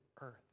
earth